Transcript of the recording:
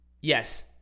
Yes